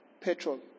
petrol